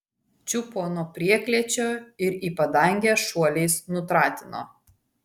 čiupo nuo prieklėčio ir į padangę šuoliais nutratino